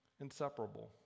inseparable